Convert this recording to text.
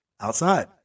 Outside